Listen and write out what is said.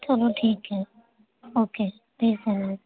چلو ٹھیک ہے اوکے ٹھیک ہے میم